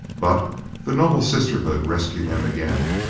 but the noble sisterhood rescued him again.